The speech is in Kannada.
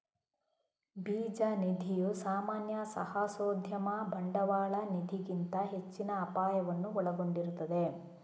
ಬೀಜ ನಿಧಿಯು ಸಾಮಾನ್ಯ ಸಾಹಸೋದ್ಯಮ ಬಂಡವಾಳ ನಿಧಿಗಿಂತ ಹೆಚ್ಚಿನ ಅಪಾಯವನ್ನು ಒಳಗೊಂಡಿರುತ್ತದೆ